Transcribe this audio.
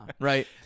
right